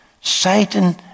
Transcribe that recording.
Satan